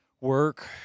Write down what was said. work